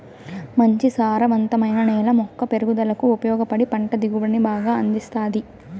మంచి సారవంతమైన నేల మొక్క పెరుగుదలకు ఉపయోగపడి పంట దిగుబడిని బాగా అందిస్తాది